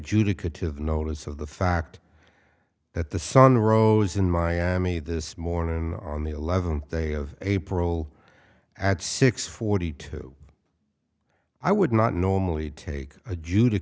the notice of the fact that the sun rose in miami this morning on the eleventh day of april at six forty two i would not normally take